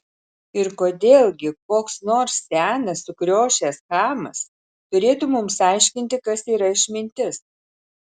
ir kodėl gi koks nors senas sukriošęs chamas turėtų mums aiškinti kas yra išmintis